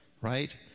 right